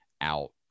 out